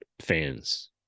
Fans